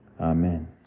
Amen